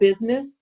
business